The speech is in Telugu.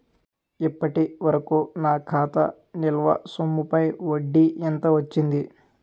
ఇప్పటి వరకూ నా ఖాతా నిల్వ సొమ్ముపై వడ్డీ ఎంత వచ్చింది?